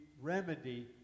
remedy